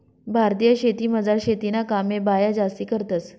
भारतीय शेतीमझार शेतीना कामे बाया जास्ती करतंस